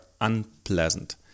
unpleasant